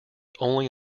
only